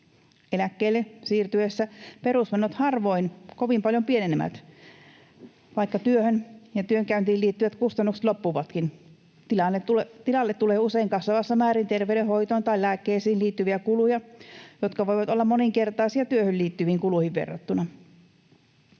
Eläkkeelle siirryttäessä perusmenot harvoin kovin paljon pienenevät, vaikka työhön ja työssäkäyntiin liittyvät kustannukset loppuvatkin. Tilalle tulee usein kasvavassa määrin terveydenhoitoon tai lääkkeisiin liittyviä kuluja, jotka voivat olla moninkertaisia työhön liittyviin kuluihin verrattuna.